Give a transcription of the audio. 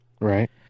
Right